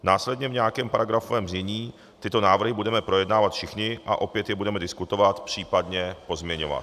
Následně v nějakém paragrafovaném znění tyto návrhy budeme projednávat všichni a opět je budeme diskutovat, případně pozměňovat.